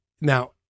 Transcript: now